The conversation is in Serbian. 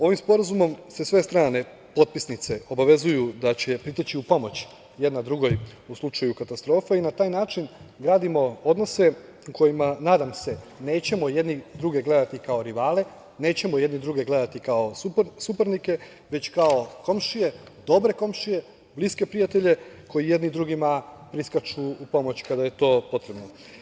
Ovim sporazumom sve strane potpisnice obavezuju da će priteći u pomoć jedna drugoj u slučaju katastrofa, i na taj način gradimo odnose u kojima, nadam se, nećemo jedni druge gledati kao rivale, nećemo jedni druge gledati kao suparnike, već kao komšije, dobre komšije, bliske prijatelje, koji jedni drugima priskaču u pomoć kada je to potrebno.